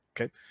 Okay